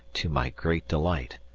to my great delight.